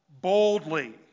Boldly